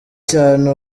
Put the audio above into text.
cyane